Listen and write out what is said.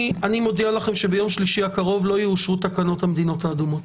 אני מודיע לכם שביום שלישי הקרוב לא יאושרו תקנות המדינות האדומות.